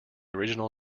original